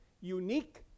Unique